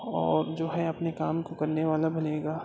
اور جو ہے اپنے کام کو کرنے والا بنے گا